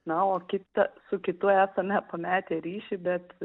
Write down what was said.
na o kita su kitu esame pametę ryšį bet